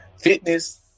Fitness